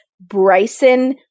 bryson